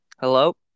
Hello